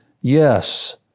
Yes